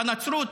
בנצרות.